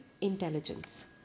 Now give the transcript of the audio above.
intelligence